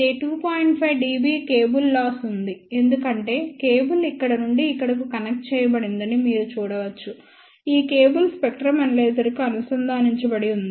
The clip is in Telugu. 5 dB కేబుల్ లాస్ ఉంది ఎందుకంటే కేబుల్ ఇక్కడ నుండి ఇక్కడకు కనెక్ట్ చేయబడిందని మీరు చూడవచ్చు ఈ కేబుల్ స్పెక్ట్రం ఎనలైజర్కు అనుసంధానించబడి ఉంది